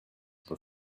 were